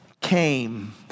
came